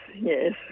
yes